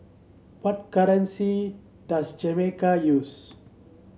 what currency does Jamaica use